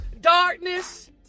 darkness